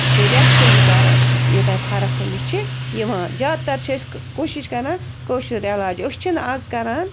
چھُ ریٚسٹہٕ یہِ کَران یوٚتانۍ فرق أمِس چھِ یِوان زیادٕ تَر چھِ أسۍ کوٗشش کَران کٲشُر علاج أسۍ چھِنہٕ آز کَران